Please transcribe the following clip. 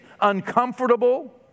uncomfortable